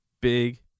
big